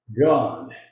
God